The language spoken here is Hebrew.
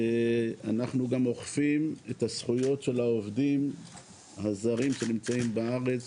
אנחנו גם אוכפים את זכויות העובדים הזרים שנמצאים בארץ,